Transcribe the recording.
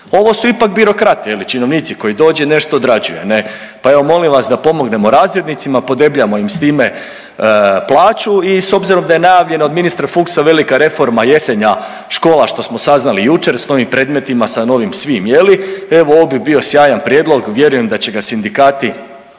Ovo su ipak birokrati, činovnici koji dođe i nešto odrađuje. Pa evo molim vas da pomognemo razrednicima, podebljamo im s time plaću. I s obzirom da je najavljeno od ministra Fuchsa velika reforma jesenja škola što smo saznali jučer s novim predmetima, s novim svim je li evo ovo bi bio sjajan prijedlog. Vjerujem da će ga sindikati